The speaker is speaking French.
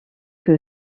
que